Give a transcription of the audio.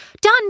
Done